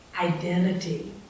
identity